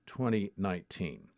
2019